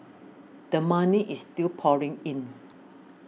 the money is still pouring in